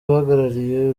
uhagarariye